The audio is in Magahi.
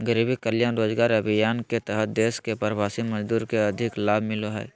गरीब कल्याण रोजगार अभियान के तहत देश के प्रवासी मजदूर के अधिक लाभ मिलो हय